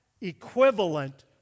equivalent